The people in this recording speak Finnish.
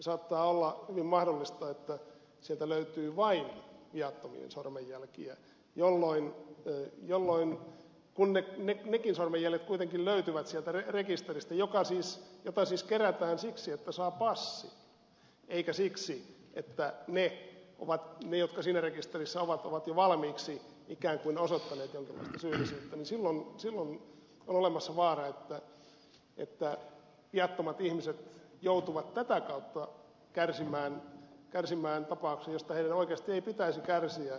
saattaa olla hyvin mahdollista että sieltä löytyy vain viattomien sormenjälkiä ja kun nekin sormenjäljet kuitenkin löytyvät sieltä rekisteristä jota siis kerätään siksi että saa passin eikä siksi että ne jotka siinä rekisterissä ovat ovat jo valmiiksi ikään kuin osoittaneet jonkinlaista syyllisyyttä silloin on olemassa vaara että viattomat ihmiset joutuvat tätä kautta kärsimään tapauksesta josta heidän ei oikeasti pitäisi kärsiä